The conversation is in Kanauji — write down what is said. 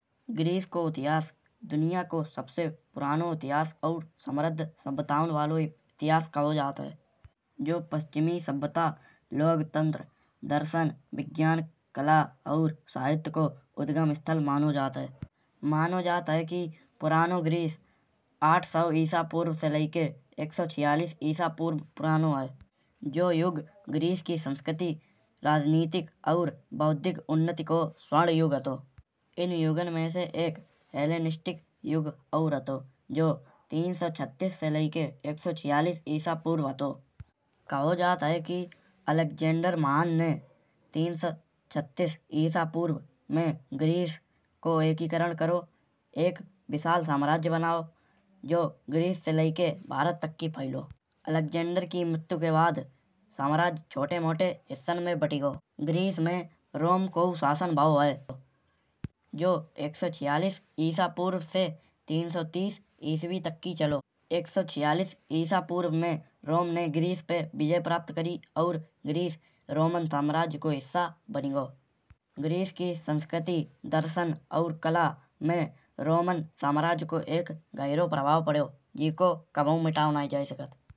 ग्रीस को इतिहास दुनिया को सबसे पुरानो इतिहास और समृद्ध सम्पदाउन वालो इतिहास कहो जात है। जो पश्चिमी सम्पदा लोकतन्त्र दर्शन विज्ञान कला और साहित्य को उद्गम इस्थल मानो जात है। मानो जात है कि पुरानो ग्रीस आठ सौ ईसा पूर्व से लयिके एक सौ छियालिस ईसा पूर्व पुरानो है। जो युग ग्रीस की संस्कृति, राजनैतिक और बौद्धिक उन्नति को स्वर्ण युग हतो। इन युगन में से एक ऐलेनेस्टिक युग और हतो। जो तीन सौ छत्तीस से लयिके एक सौ छियालिस ईसा पूर्व हतो। कहो जात है कि एलेक्सजेंडर महान ने तीन सौ छत्तीस ईसा पूर्व में ग्रीस को एकीकरण करो। एक विशाल साम्राज्य बनाओ। यो ग्रीस से लयिके भारत तक की फैलो। एलेक्सजेंडर की मृत्यु के बाद साम्राज्य छोटे मोटे हिस्सन में बटी गाओ। ग्रीस में रोम को शासन भाव है। जो एक सौ छियालिस ईसा पूर्व से तीन सौ तीस इस्वी तक की चलो। एक सौ छियालिस ईसा पूर्व में रोम ने ग्रीस पे विजय प्राप्त करी। और ग्रीस रोमन साम्राज्य को हिस्सा बानी गाओ। ग्रीस की संस्कृति, दर्शन और कला में रोमन साम्राज्य को एक गहिरो प्रभाव पडो। जेको कबऊ मिटाओ नाई जाई सकत।